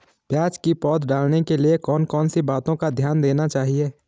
प्याज़ की पौध डालने के लिए कौन कौन सी बातों का ध्यान देना चाहिए?